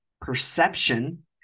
perception